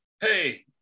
Hey